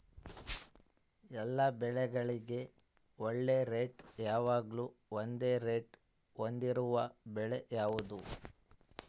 ಎಲ್ಲ ಬೆಳೆಗಳಿಗೆ ಒಳ್ಳೆ ರೇಟ್ ಯಾವಾಗ್ಲೂ ಒಂದೇ ರೇಟ್ ಹೊಂದಿರುವ ಬೆಳೆ ಯಾವುದು?